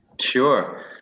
Sure